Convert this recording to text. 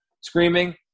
screaming